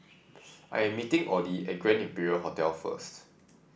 I am meeting Oddie at Grand Imperial Hotel first